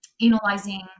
analyzing